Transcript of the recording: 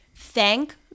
Thank